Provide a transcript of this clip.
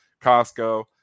Costco